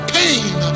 pain